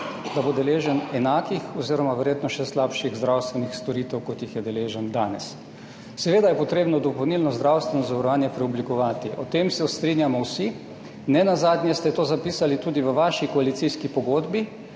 da bo deležen enakih oziroma verjetno še slabših zdravstvenih storitev kot jih je deležen danes. Seveda je potrebno dopolnilno zdravstveno zavarovanje preoblikovati, o tem se strinjamo vsi, nenazadnje ste to zapisali tudi v vaši koalicijski pogodbi,